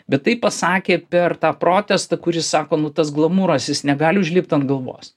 bet taip pasakė per tą protestą kuris sako nu tas glamūras jis negali užlipt ant galvos